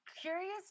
curious